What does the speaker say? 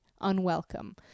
unwelcome